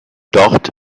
dort